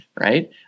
Right